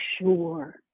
sure